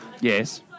Yes